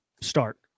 start